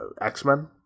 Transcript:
X-Men